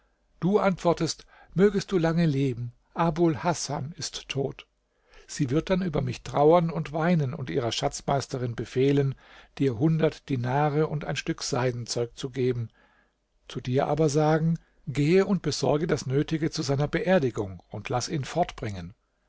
du antwortest ihr mögest du lange leben abul hasan ist tot sie wird dann über mich trauern und weinen und ihrer schatzmeisterin befehlen dir hundert dinare und ein stück seidenzeug zu geben zu dir aber sagen gehe und besorge das nötige zu seiner beerdigung und laß ihn